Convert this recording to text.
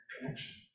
Connection